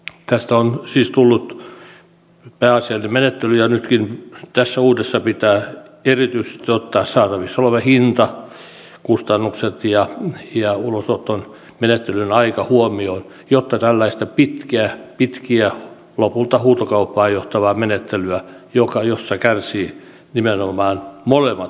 tästä on siis tullut pääasiallinen menettely ja nytkin tässä uudessa pitää erityisesti ottaa saatavissa oleva hinta kustannukset ja ulosottomenettelyn aika huomioon jotta ei tule tällaista pitkää lopulta huutokauppaan johtavaa menettelyä jossa kärsivät nimenomaan molemmat osapuolet